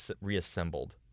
reassembled